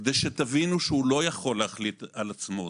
כדי שתבינו שהוא לא יכול להחליט על עצמו.